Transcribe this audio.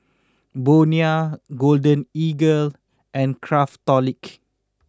Bonia Golden Eagle and Craftholic